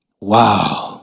Wow